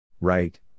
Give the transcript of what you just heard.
Right